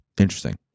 Interesting